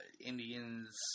Indians